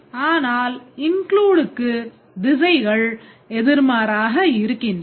ஆனால் includeக்கு திசைகள் எதிர்மாறாக இருக்கின்றன